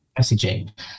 messaging